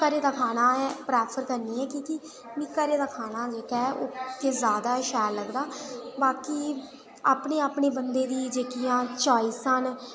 अ'ऊं घरै दा खाना गै जैदा प्रैफर करनी आं क्योंकि मिगी घरै दा खाना गै शैल लगदा नां कि अपने अपने बंदे दी जेह्की चाइसां न